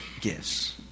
gifts